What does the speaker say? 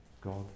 God